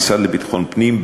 המשרד לביטחון פנים,